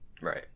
Right